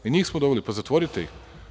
I njih smo doveli, pa zatvorite ih.